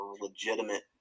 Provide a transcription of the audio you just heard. legitimate